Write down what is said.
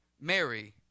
Mary